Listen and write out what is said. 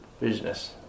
business